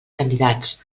candidats